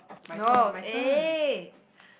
no eh